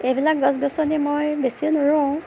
এইবিলাক গছ গছনি মই বেছি নুৰুওঁ